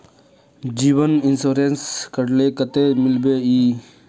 जीवन इंश्योरेंस करले कतेक मिलबे ई?